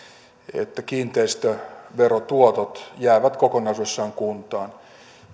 että kiinteistöverotuotot jäävät kokonaisuudessaan kuntaan